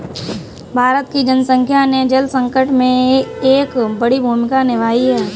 भारत की जनसंख्या ने जल संकट में एक बड़ी भूमिका निभाई है